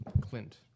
Clint